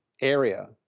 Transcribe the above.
area